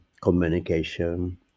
communication